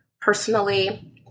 personally